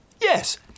Yes